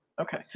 Okay